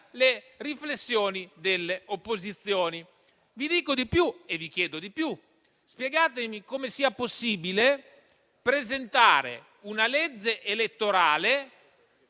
le riflessioni delle opposizioni. Vi dico e vi chiedo di più: spiegatemi come sia possibile presentare una legge elettorale